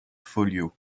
folliot